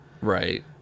Right